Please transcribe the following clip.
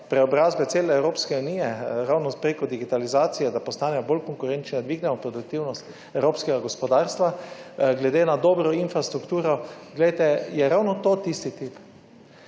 preobrazbe cele Evropske unije ravno preko digitalizacije, da postanejo bolj konkurenčni, da dvignemo produktivnost evropskega gospodarstva glede na dobro infrastrukturo, je ravno to tisti tip.